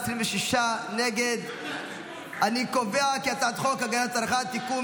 26 נגד אני קובע כי הצעת חוק הגנת הצרכן (תיקון,